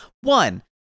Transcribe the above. one